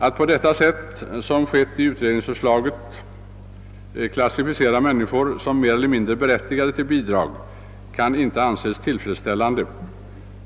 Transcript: Att på sätt som skett i utredningsförslaget på grund av verksamhetssättet klassificera människor som mer eller mindre berättigade till bidrag kan inte anses tillfredsställande.